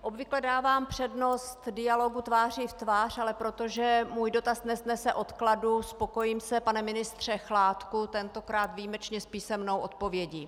Obvykle dávám přednost dialogu tváří v tvář, ale protože můj dotaz nesnese odkladu, spokojím se, pane ministře Chládku, tentokrát výjimečně s písemnou odpovědí.